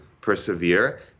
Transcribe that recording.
persevere